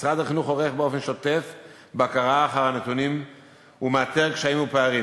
משרד החינוך עורך באופן שוטף בקרה אחר הנתונים ומאתר קשיים ופערים.